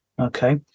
Okay